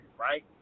right